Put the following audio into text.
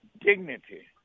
dignity